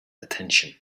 attention